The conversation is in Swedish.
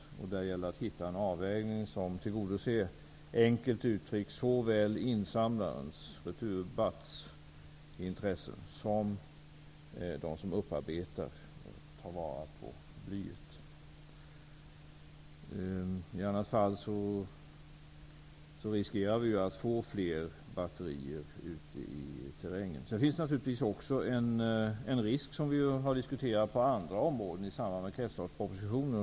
Där gäller det att hitta en avvägning som tillgodoser enkelt uttryckt såväl insamlarens, Returbatts, intresse som deras som upparbetar och tar vara på blyet. I annat fall riskerar vi att få fler batterier ute i terrängen. Sedan finns det naturligtvis också en risk som vi har diskuterat inom andra områden i samband med kretsloppspropositionen.